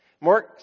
Mark